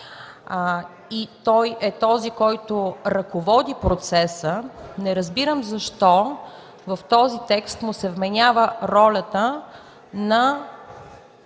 и той е този, който ръководи процеса, не разбирам защо в този текст му се вменява ролята на